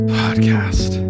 podcast